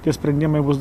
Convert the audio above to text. tie sprendimai bus